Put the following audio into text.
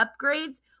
upgrades